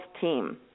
team